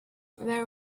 very